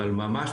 אבל ממש,